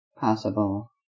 possible